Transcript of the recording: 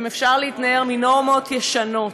האם אפשר להתנער מנורמות ישנות?